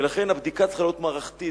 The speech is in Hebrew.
ולכן הבדיקה צריכה להיות מערכתית,